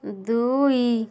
ଦୁଇ